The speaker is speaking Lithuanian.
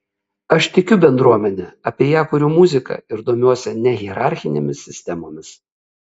aš tikiu bendruomene apie ją kuriu muziką ir domiuosi nehierarchinėmis sistemomis